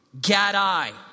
Gadai